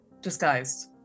disguised